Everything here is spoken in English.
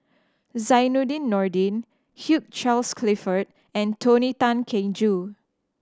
Zainudin Nordin Hugh Charles Clifford and Tony Tan Keng Joo